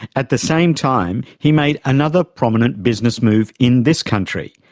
at the same time, he made another prominent business move in this country,